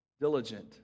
diligent